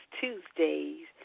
Tuesdays